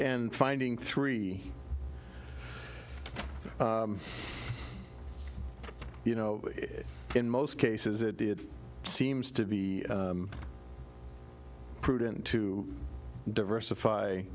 and finding three you know in most cases it did seems to be prudent to diversify